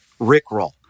Rickroll